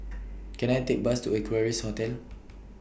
Can I Take A Bus to Equarius Hotel